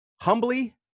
humbly